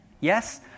Yes